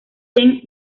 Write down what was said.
ten